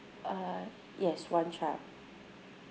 uh yes one child